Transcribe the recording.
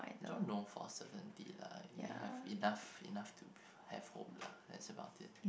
John no forces on it lah he have enough enough to have hope lah that's about it